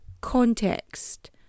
context